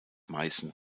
meißen